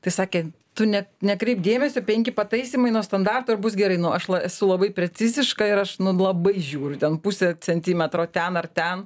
tai sakė tu net nekreipk dėmesio penki pataisymai nuo standarto ir bus gerai nu aš esu labai preciziška ir aš nu labai žiūriu ten pusę centimetro ten ar ten